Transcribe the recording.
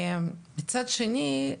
מצד שני,